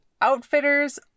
outfitters